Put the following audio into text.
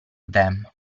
them